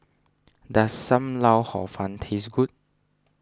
does Sam Lau Hor Fun taste good